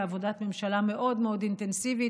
עבודת ממשלה מאוד מאוד אינטנסיבית,